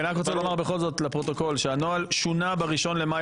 אני בכל זאת רוצה לומר לפרוטוקול שהנוהל שונה ב-1 במאי